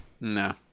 No